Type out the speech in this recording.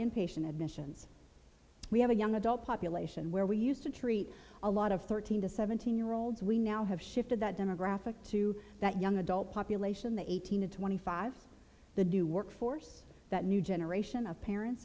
inpatient admissions we have a young adult population where we used to treat a lot of thirteen to seventeen year olds we now have shifted that demographic to that young adult population the eighteen to twenty five the new workforce that new generation of parents